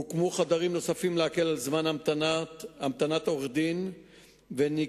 הוקמו חדרים נוספים לקצר את זמן ההמתנה של עורכי-הדין ונקבע